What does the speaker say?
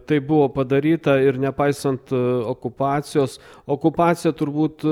tai buvo padaryta ir nepaisant okupacijos okupacija turbūt